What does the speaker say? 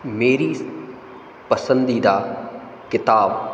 मेरी पसंदीदा किताब